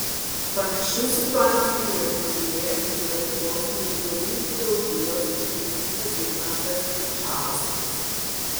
panašių situacijų yra girdėjęs ir lietuvos neįgaliųjų draugijos pirmininkas zigmantas jančauskis